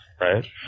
right